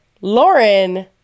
Lauren